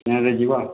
ହଁ ଯେ ଯିବା